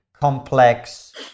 complex